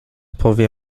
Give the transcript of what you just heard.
powie